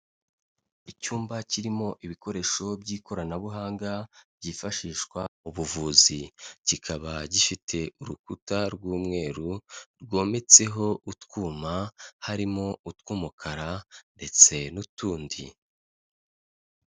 Icyumba kirimo ibikoresho by'ikoranabuhanga byifashishwa mu buvuzi, kikaba gifite urukuta rw'umweru, rwometseho utwuma, harimo utw'umukara ndetse n'utundi.